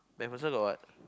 MacPherson got what